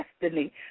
destiny